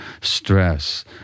stress